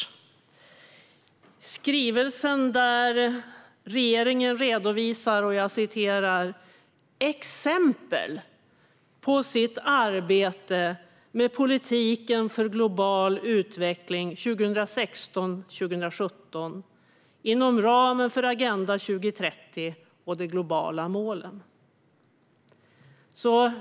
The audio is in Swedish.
I skrivelsen redovisar regeringen "exempel på sitt arbete med politiken för global utveckling under åren 2016 - 2017 inom ramen för Agenda 2030 och de globala målen".